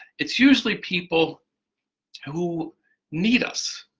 it's usually people who need us